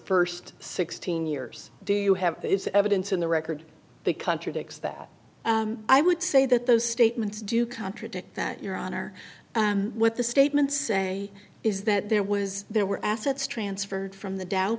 first sixteen years do you have evidence in the record the country ticks that i would say that those statements do contradict that your honor what the statement say is that there was there were assets transferred from the dow